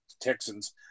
Texans